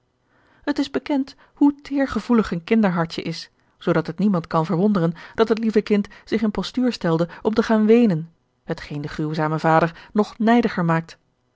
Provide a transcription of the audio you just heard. het is bekend hoe teêrgevoelig een kinderhartje is zoodat het niemand kan verwonderen dat het lieve kind zich in postuur stelde om te gaan weenen hetgeen den gruwzamen vader nog nijdiger maakt